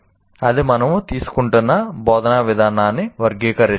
ఇది మనము తీసుకుంటున్న బోధనా విధానాన్ని వర్గీకరిస్తుంది